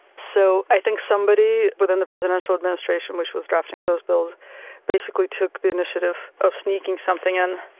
so i think somebody within the presidential administration which was drafting those bills basically took the initiative of sneaking something in